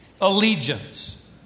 allegiance